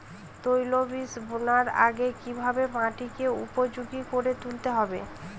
তৈলবীজ বোনার আগে কিভাবে মাটিকে উপযোগী করে তুলতে হবে?